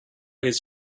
his